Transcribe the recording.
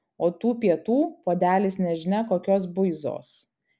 o tų pietų puodelis nežinia kokios buizos